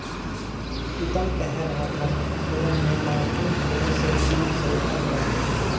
पीतम कह रहा था कि केरल में मॉनसून थोड़े से विलंब से आएगा